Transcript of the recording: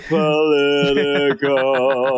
political